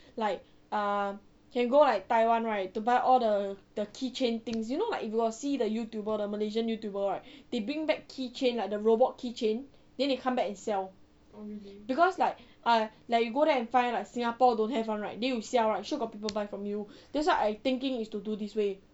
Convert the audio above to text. like err can go like taiwan right to buy all the keychain things you know like if you got see the youtuber the malaysian youtuber right they bring back keychain like the robot keychain then they come back and sell because like you go there and find like singapore don't have [one] right then you sell right sure got people buy from you that's why I thinking is to do this way